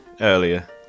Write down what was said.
Earlier